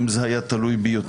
אם זה היה תלוי בי,